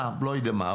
לדוגמה,